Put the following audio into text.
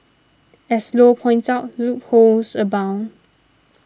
as Low points out loopholes abound